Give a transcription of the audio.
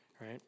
right